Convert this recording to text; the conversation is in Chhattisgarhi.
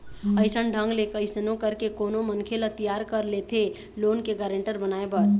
अइसन ढंग ले कइसनो करके कोनो मनखे ल तियार कर लेथे लोन के गारेंटर बनाए बर